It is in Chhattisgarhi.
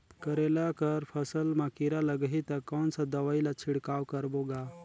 करेला कर फसल मा कीरा लगही ता कौन सा दवाई ला छिड़काव करबो गा?